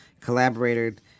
collaborated